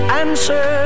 answer